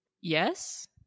Yes